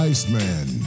Iceman